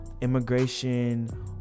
immigration